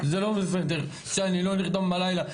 זה לא בסדר שאני לא נרדם בלילה.